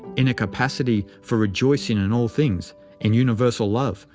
in a capacity for rejoicing in all things in universal love,